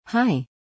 Hi